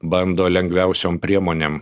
bando lengviausiom priemonėm